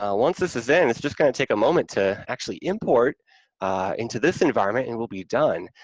um once this is in, and it's just going to take a moment to actually import into this environment, and we'll be done.